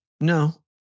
No